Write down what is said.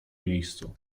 miejscu